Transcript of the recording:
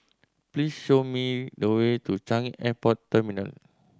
please show me the way to Changi Airport Terminal